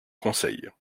conseil